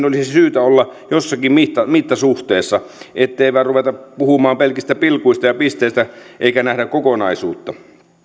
olisi syytä olla jossakin mittasuhteessa ettei vain ruveta puhumaan pelkistä pilkuista ja pisteistä eikä nähdä kokonaisuutta